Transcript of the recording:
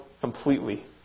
completely